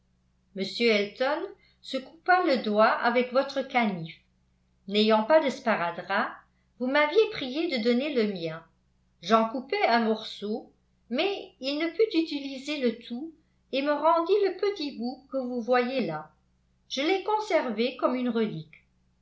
m elton se coupa le doigt avec votre canif n'ayant pas de sparadrap vous m'aviez priée de donner le mien j'en coupai un morceau mais il ne put utiliser le tout et me rendit le petit bout que vous voyez là je l'ai conservé comme une relique